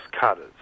cutters